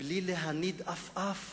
בלי להניד עפעף